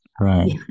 right